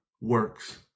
works